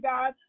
God